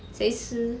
谁吃